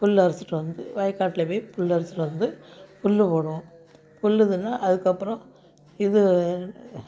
புல் அரிச்சுட்டு வந்து வயக்காட்டில் போய் புல் அரிச்சுட்டு வந்து புல் போடுவோம் புல் தின்னால் அதுக்கு அப்புறம் இது